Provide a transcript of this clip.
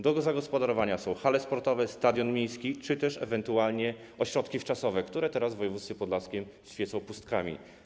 Do zagospodarowania są hale sportowe, stadion miejski czy też ewentualnie ośrodki wczasowe, które teraz w województwie podlaskim świecą pustkami.